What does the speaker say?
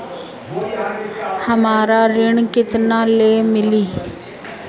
हमरा ऋण केतना ले मिली?